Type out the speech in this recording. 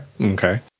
Okay